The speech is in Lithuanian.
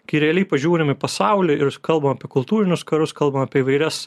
kai realiai pažiūrim į pasaulį ir kalbam apie kultūrinius karus kalbam apie įvairias